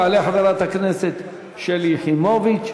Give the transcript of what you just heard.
תעלה חברת הכנסת שלי יחימוביץ,